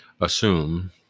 assume